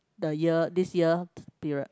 the year this year period